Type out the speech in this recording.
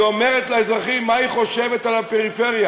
היא אומרת לאזרחים מה היא חושבת על הפריפריה.